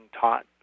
taught